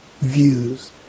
views